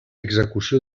execució